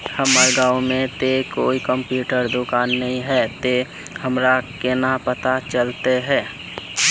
हमर गाँव में ते कोई कंप्यूटर दुकान ने है ते हमरा केना पता चलते है?